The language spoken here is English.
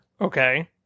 Okay